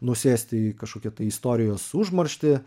nusėsti į kažkokią tai istorijos užmarštį